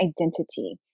identity